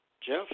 Jeff